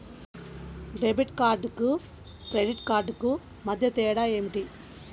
Debit కార్డుకు credit కార్డుకు మధ్య తేడా ఏమిటీ?